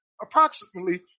Approximately